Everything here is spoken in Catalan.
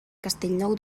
castellnou